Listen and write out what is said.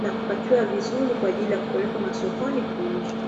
na kupakiwa vizuri kwa ajili ya kupelekwa masokoni kuuzwa.